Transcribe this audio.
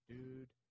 Dude